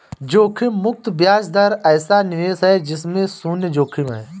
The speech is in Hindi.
जोखिम मुक्त ब्याज दर ऐसा निवेश है जिसमें शुन्य जोखिम है